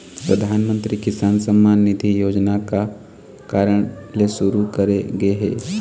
परधानमंतरी किसान सम्मान निधि योजना का कारन ले सुरू करे गे हे?